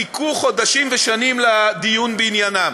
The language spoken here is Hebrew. חיכו חודשים ושנים לדיון בעניינם.